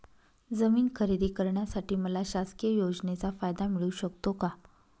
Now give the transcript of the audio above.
जमीन खरेदी करण्यासाठी मला शासकीय योजनेचा फायदा मिळू शकतो का?